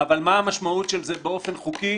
-- אבל מה המשמעות של זה באופן חוקי?